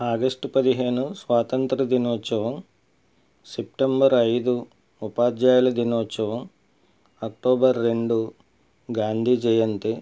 August పదిహేను స్వాతంత్ర దినోత్సవం సెప్టెంబర్ ఐదు ఉపాధ్యాయుల దినోత్సవం అక్టోబర్ రెండు గాంధీ జయంతి